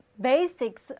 basics